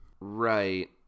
Right